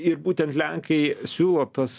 ir būtent lenkai siūlo tas